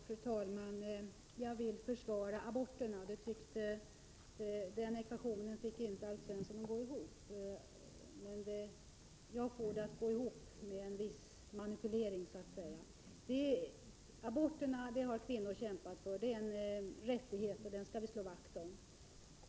Fru talman! Jag vill försvara aborterna, och den ekvationen fick inte Alf Svensson att gå ihop. Men jag får det att gå ihop, med en viss ”manipulering”. Abort är en rättighet som kvinnor har kämpat för, och den skall vi slå vakt om.